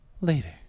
later